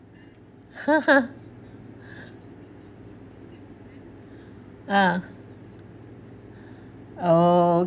uh oh